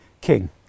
King